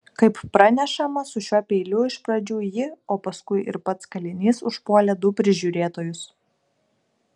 kaip pranešama su šiuo peiliu iš pradžių ji o paskui ir pats kalinys užpuolė du prižiūrėtojus